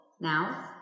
now